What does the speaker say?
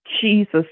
Jesus